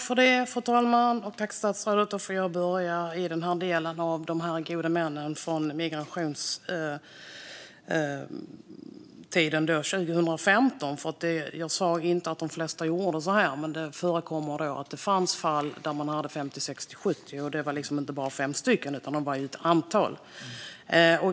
Fru talman! Jag börjar med det här om de gode männen under migrationstiden 2015. Jag sa inte att de flesta gjorde så här, men det fanns fall där en god man hade 50, 60 eller 70 huvudmän. Och det var liksom inte bara fem gode män, utan det var ett antal.